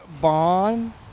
Bond